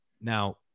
Now